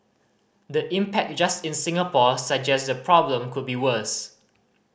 the impact just in Singapore suggest the problem could be worse